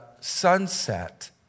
sunset